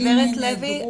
גב' לוי,